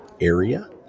area